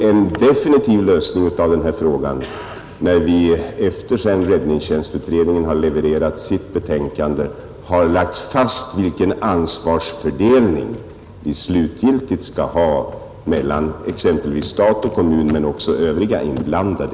En definitiv lösning av frågan får vi när vi, sedan räddningstjänstutredningen avgivit sitt betänkande, har fastställt ansvarsfördelningen mellan stat och kommun men också övriga inblandade.